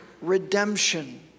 redemption